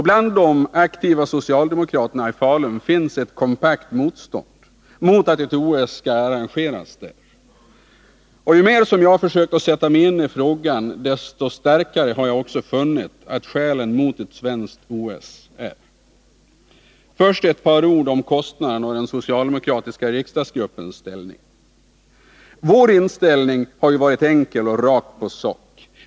Bland de aktiva socialdemokraterna i Falun finns ett kompakt motstånd mot att ett OS arrangeras där. Ju mer jag har försökt att sätta mig in i frågan, desto starkare har jag funnit skälen vara mot ett svenskt OS. Så ett par ord om kostnaderna och den socialdemokratiska riksdagsgruppens ställningstagande. Vår inställning har varit enkel och rakt på sak.